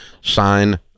sign